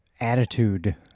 attitude